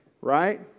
right